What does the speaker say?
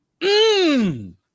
Mmm